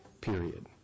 period